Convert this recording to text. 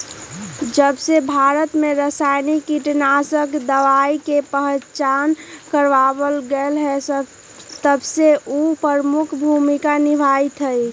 जबसे भारत में रसायनिक कीटनाशक दवाई के पहचान करावल गएल है तबसे उ प्रमुख भूमिका निभाई थई